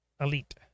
Elite